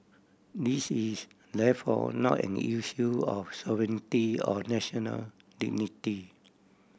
this is therefore not an issue of sovereignty or national dignity